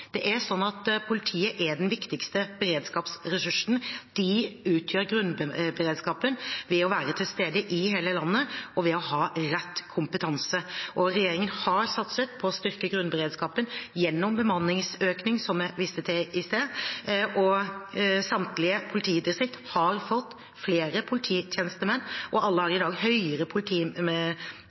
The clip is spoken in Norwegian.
Politiet er den viktigste beredskapsressursen. De utgjør grunnberedskapen ved å være til stede i hele landet og ved å ha rett kompetanse. Regjeringen har satset på å styrke grunnberedskapen gjennom bemanningsøkning, som jeg viste til i sted. Samtlige politidistrikter har fått flere polititjenestemenn, og alle har i dag høyere